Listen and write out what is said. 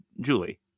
Julie